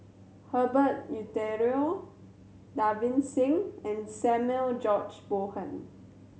Herbert Eleuterio Davinder Singh and Samuel George Bonham